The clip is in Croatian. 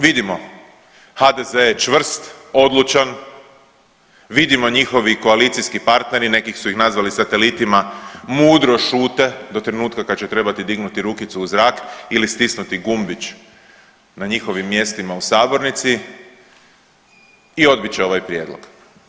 Vidimo, HDZ je čvrst, odlučan, vidimo, njihovi koalicijski partneri, neki su ih nazvali satelitima mudro šute do trenutka kad će trebati dignuti rukicu u zrak ili stisnuti gumbić na njihovim mjestima u sabornici i odbit će ovaj Prijedlog.